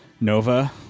Nova